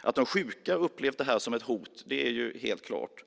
Att de sjuka har upplevt den som ett hot är helt klart.